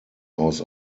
aus